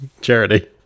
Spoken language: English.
Charity